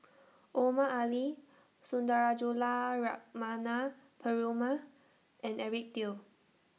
Omar Ali Sundarajulu Lakshmana Perumal and Eric Teo